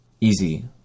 Easy